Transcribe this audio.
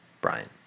Brian